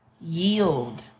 yield